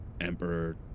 Emperor